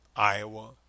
Iowa